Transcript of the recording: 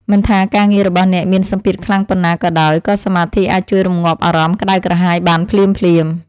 មិនថាការងាររបស់អ្នកមានសម្ពាធខ្លាំងប៉ុណ្ណាក៏ដោយក៏សមាធិអាចជួយរំងាប់អារម្មណ៍ក្តៅក្រហាយបានភ្លាមៗ។